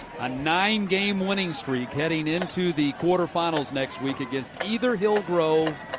a nine game-winning streak heading into the quarterfinals next week against either hill grove